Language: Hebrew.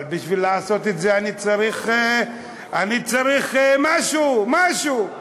אבל בשביל לעשות את זה אני צריך משהו, משהו.